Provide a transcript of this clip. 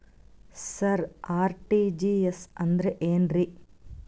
ಸರ RTGS ಅಂದ್ರ ಏನ್ರೀ?